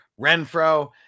Renfro